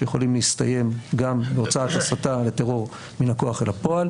שיכולים להסתיים גם בהוצאת הסתה לטרור מן הכוח אל הפועל.